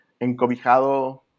encobijado